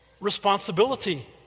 responsibility